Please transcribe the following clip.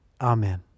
Amen